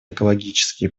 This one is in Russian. экологические